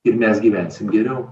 ir mes gyvensim geriau